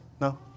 No